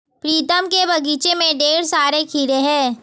प्रीतम के बगीचे में ढेर सारे खीरे हैं